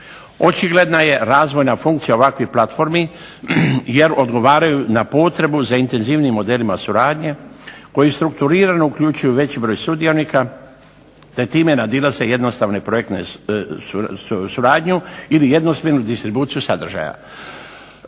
Očigledna je razvojna funkcija ovakvih platformi jer odgovaraju na potrebu za intenzivnijim modelima suradnje koji strukturirano uključuju veći broj sudionika te time nadilaze jednostavnu projektnu suradnju ili jednosmjernu distribuciju sadržaja.